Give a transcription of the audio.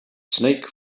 snake